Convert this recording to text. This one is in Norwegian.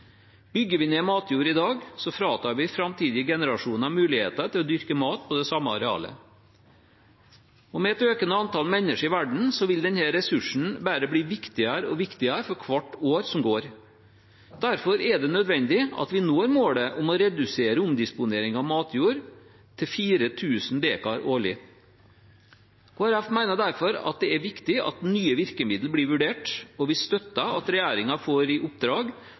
Bygger vi ned matjord i dag, fratar vi framtidige generasjoner muligheten til å dyrke mat på det samme arealet. Og med et økende antall mennesker i verden vil denne ressursen bare bli viktigere og viktigere for hvert år som går. Derfor er det nødvendig at vi når målet om å redusere omdisponering av matjord til 4 000 dekar årlig. Kristelig Folkeparti mener derfor at det er viktig at nye virkemidler blir vurdert, og vi støtter at regjeringen får i oppdrag